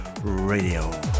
Radio